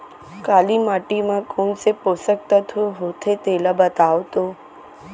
काली माटी म कोन से पोसक तत्व होथे तेला बताओ तो?